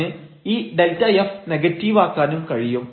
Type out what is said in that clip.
അതിന് ഈ Δf നെഗറ്റീവാക്കാനും കഴിയും